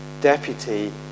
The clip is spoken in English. deputy